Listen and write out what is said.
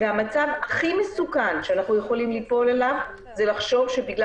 והמצב הכי מסוכן שאנחנו יכולים ליפול עליו זה לחשוב שבגלל